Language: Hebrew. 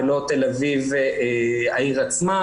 ולא תל-אביב העיר עצמה,